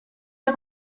est